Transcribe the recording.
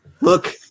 Look